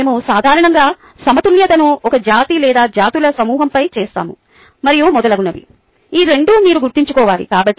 మరియు మేము సాధారణంగా సమతుల్యతను ఒక జాతి లేదా జాతుల సమూహంపై చేస్తాము మరియు మొదలగునవి ఈ రెండు మీరు గుర్తుంచుకోవాలి